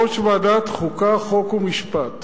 יושב-ראש ועדת החוקה, חוק ומשפט: